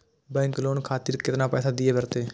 Bank loan खातीर केतना पैसा दीये परतें?